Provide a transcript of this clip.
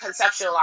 conceptualize